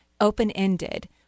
open-ended